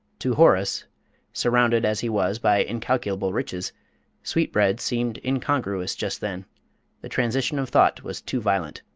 to horace surrounded as he was by incalculable riches sweetbreads seemed incongruous just then the transition of thought was too violent.